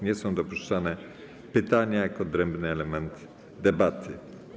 Nie są dopuszczalne pytania jako odrębny element debaty.